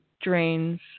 drains